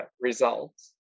results